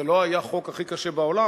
זה לא היה החוק הכי קשה בעולם,